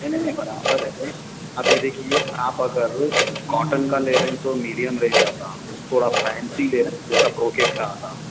نہیں نہیں نہیں برابر ہے ابھی دیکھیے آپ اگر کاٹن کا لے رہے ہیں تو میڈیم رینج آتا تھوڑا فینسی لے رہے ہیں جیسا کوکیٹ کا آتا